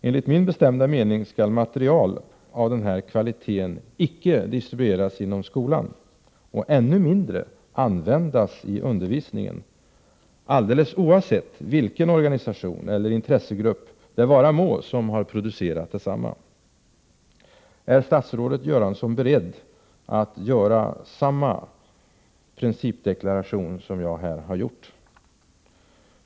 Enligt min bestämda mening skall material av den här kvaliteten icke distribueras inom skolan — och ännu mindre användas i undervisningen — alldeles oavsett vilken organisation eller intressegrupp som producerat detsamma. Är statsrådet Göransson beredd att göra samma principdeklaration som jag här har gjort?